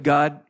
God